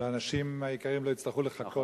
שהאנשים היקרים לא יצטרכו לחכות,